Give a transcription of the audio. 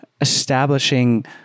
establishing